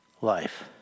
life